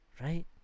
right